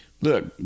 look